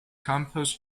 campos